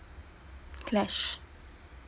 clash